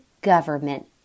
government